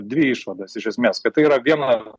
dvi išvadas iš esmės kad tai yra viena